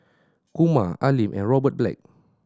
Kumar Al Lim and Robert Black